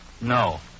No